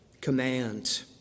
command